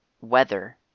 Weather